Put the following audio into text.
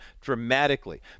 dramatically